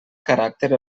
caràcter